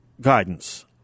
guidance